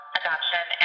adoption